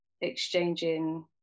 exchanging